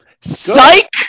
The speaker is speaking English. Psych